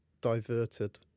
diverted